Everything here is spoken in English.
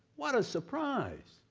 what a surprise!